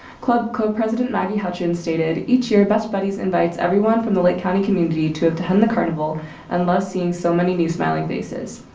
club co-president maggie hatchin stated each year best buddies invites everyone from the lake county community to attend the carnival and loves seeing so many new smiling faces.